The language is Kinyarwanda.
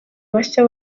bashya